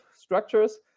structures